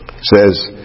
says